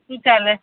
શું ચાલે